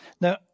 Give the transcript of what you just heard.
Now